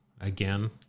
again